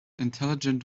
intelligent